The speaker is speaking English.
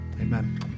Amen